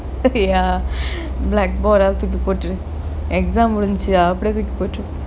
ya blackboard all தூக்கி போட்டுரு:thooki potturu exam முடிஞ்சி அப்படியே தூக்கி போட்டுரு:mudinchi appadiyae thooki potturu